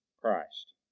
Christ